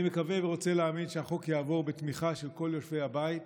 אני מקווה ורוצה להאמין שהחוק יעבור בתמיכה של כל יושבי הבית,